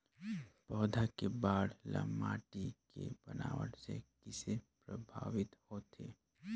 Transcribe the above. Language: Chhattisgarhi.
पौधा के बाढ़ ल माटी के बनावट से किसे प्रभावित होथे?